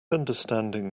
understanding